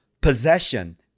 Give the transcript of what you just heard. possession